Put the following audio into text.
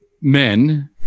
men